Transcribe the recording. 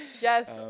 Yes